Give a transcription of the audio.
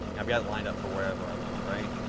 i've got it lined up for wherever i want, right?